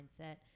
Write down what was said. mindset